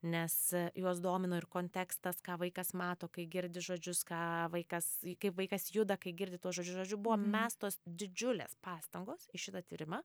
nes juos domino ir kontekstas ką vaikas mato kai girdi žodžius ką vaikas kaip vaikas juda kai girdi tuos žodžių žodžiu buvo mestos didžiulės pastangos į šitą tyrimą